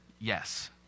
yes